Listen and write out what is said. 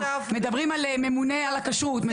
מדברים על ממונה על הכשרות,